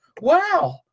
Wow